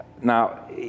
Now